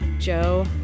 Joe